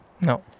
No